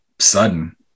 Sudden